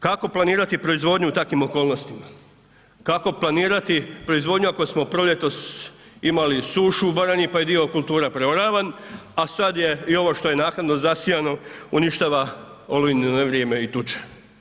Kako planirati proizvodnju u takvim okolnostima? kao planirati proizvodnju ako smo proljetos imali sušu u Baranji pa je dio kultura preoravan a sad je i ovo što je naknadno zasijano, uništava olujno nevrijeme i tuča.